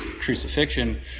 crucifixion